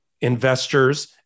investors